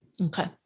Okay